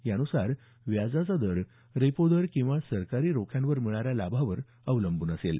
या नुसार व्याजाचा दर रेपो दर किंवा सरकारी रोख्यांवर मिळणाऱ्या लाभावर अवलंबून असेल